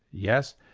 yes.